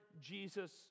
Jesus